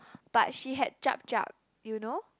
but she had Jup-Jup you know